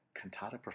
Cantata